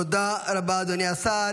תודה רבה, אדוני השר.